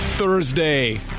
Thursday